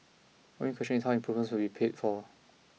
one bigquestion is how improvements will be paid for